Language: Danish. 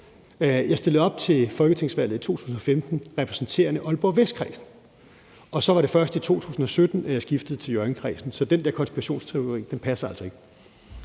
Jeg stillede op til folketingsvalget i 2015 repræsenterende Aalborg Vestkredsen. Så var det først i 2017, at jeg skiftede til Hjørringkredsen. Så den der konspirationsteori passer altså ikke.